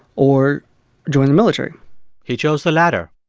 or join the military he chose the latter.